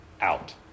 out